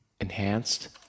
enhanced